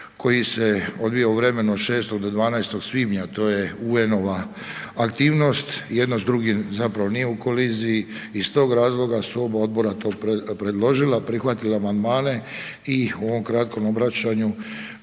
koji se odvija u vremenu od 6. do 12. svibnja to je UN-ova aktivnost i jedno s drugim zapravo nije u koliziji i iz tog razloga su oba odbora to predložila, prihvatila amandmane i u ovom kratkom obraćanju